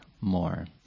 more